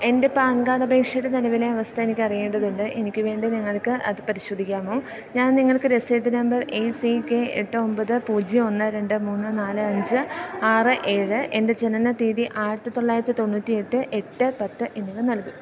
എൻറ്റെ PAN card അപേക്ഷയുടെ നിലവിലെ അവസ്ഥ എനിക്ക് അറിയേണ്ടതുണ്ട് എനിക്ക് വേണ്ടി നിങ്ങൾക്ക് അത് പരിശോധിക്കാമോ ഞാൻ നിങ്ങൾക്ക് രസീത് നമ്പർ എ സി കെ എട്ട് ഒമ്പത് പൂജ്യം ഒന്ന് രണ്ട് മൂന്ന് നാല് അഞ്ച് ആറ് ഏഴ് എൻറ്റെ ജനനത്തീതി ആയിരത്തിത്തൊള്ളായിരത്തിത്തൊണ്ണൂറ്റിയെട്ട് എട്ട് പത്ത് എന്നിവ നൽകും